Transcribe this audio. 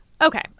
Okay